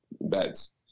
beds